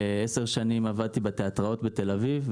עשר שנים עבדתי בתיאטראות בתל אביב,